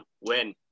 win